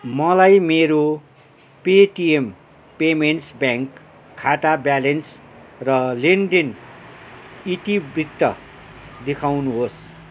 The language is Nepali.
मलाई मेरो पेटीएम पेमेन्ट्स ब्याङ्क खाता ब्यालेन्स र लेनदेन इतिवृत्त देखाउनुहोस्